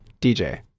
DJ